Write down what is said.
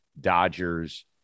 Dodgers